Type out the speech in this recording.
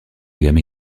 gammes